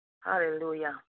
Hallelujah